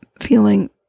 feeling